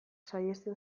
saihesten